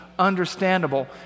understandable